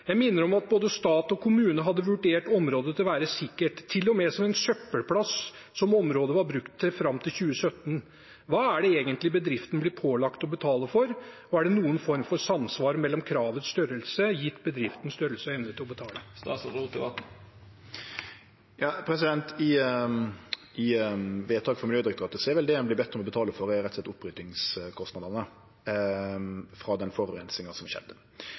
Jeg minner om at både stat og kommune hadde vurdert området til å være sikkert, til og med som en søppelplass, som området var brukt til fram til 2017. Hva er det egentlig bedriften blir pålagt å betale for? Og er det noen form for samsvar mellom kravets størrelse, gitt bedriftens størrelse, og evnen til å betale? I vedtaket frå Miljødirektoratet er vel det ein vert bedd om å betale for, rett og slett oppryddingskostnadene frå den forureininga som skjedde.